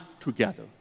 together